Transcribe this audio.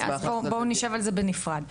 בואו נשב על זה בנפרד.